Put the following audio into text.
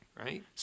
right